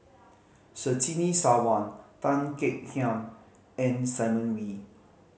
Surtini Sarwan Tan Kek Hiang and Simon Wee